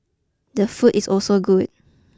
the food is also good